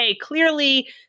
Clearly